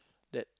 that